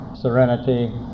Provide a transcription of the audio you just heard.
serenity